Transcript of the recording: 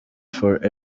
for